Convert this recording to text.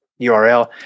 URL